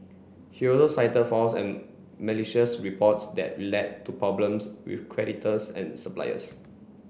he also cited false and malicious reports that led to problems with creditors and suppliers